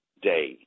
Day